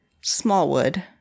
Smallwood